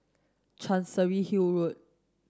Chancery Hill Road